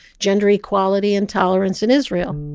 gender equality and tolerance in israel